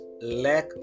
Lack